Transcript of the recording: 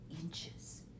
inches